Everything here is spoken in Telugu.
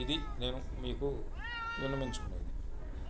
ఇది నేను మీకు విన్నవించుకునేది